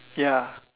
ya